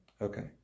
Okay